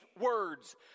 words